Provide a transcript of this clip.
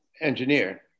engineer